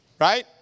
right